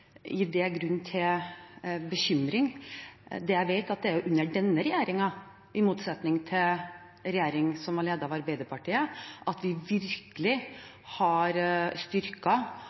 gir det grunn til bekymring. Jeg vet at det er under denne regjeringen, i motsetning til en regjering som var ledet av Arbeiderpartiet, at vi virkelig har